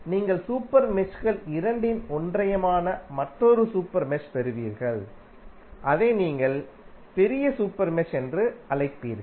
நீங்கள் சூப்பர் மெஷ்கள் இரண்டின் ஒன்றியமான மற்றொரு சூப்பர் மெஷ் பெறுவீர்கள் அதை நீங்கள் பெரிய சூப்பர் மெஷ் என்று அழைப்பீர்கள்